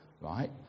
Right